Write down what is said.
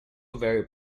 very